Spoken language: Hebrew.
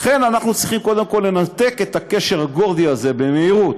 לכן אנחנו צריכים קודם כול לנתק את הקשר הגורדי הזה במהירות,